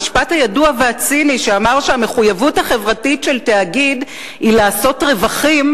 המשפט הידוע והציני שאמר שהמחויבות החברתית של תאגיד היא לעשות רווחים,